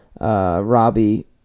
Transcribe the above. Robbie